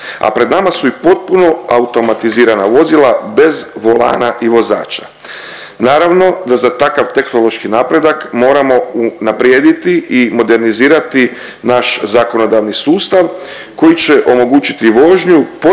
a pred nama su i potpuno automatizirana vozila bez volana i vozača. Naravno da za takav tehnološki napredak moramo unaprijediti i modernizirati naš zakonodavni sustav koji će omogućiti vožnju